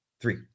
three